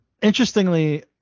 Interestingly